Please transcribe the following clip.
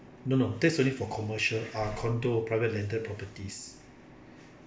no no that's only for commercial uh condo private landed properties